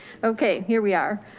okay, here we are,